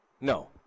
No